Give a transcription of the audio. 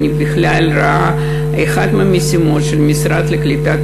אני בכלל רואה כאחת המשימות של המשרד לקליטת